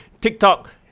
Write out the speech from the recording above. tiktok